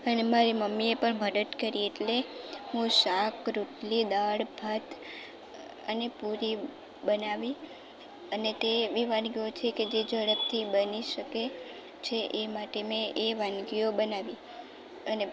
અને મારી મમ્મીએ પણ મદદ કરી એટલે હું શાક રોટલી દાળ ભાત અને પુરી બનાવી અને તે એવી વાનગીઓ છે કે જે ઝડપથી બની શકે છે એ માટે મેં એ વાનગીઓ બનાવી